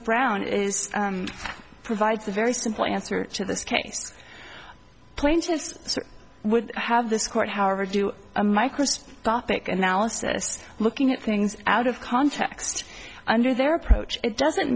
brown it is provides the the simple answer to this case plaintiffs would have this court however do a microscopic analysis looking at things out of context under their approach it doesn't